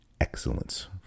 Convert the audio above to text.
excellence